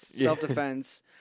self-defense